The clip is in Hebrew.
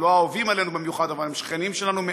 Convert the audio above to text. הם לא אהובים עלינו במיוחד אבל הם שכנים שלנו,